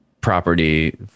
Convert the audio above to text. property